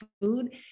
food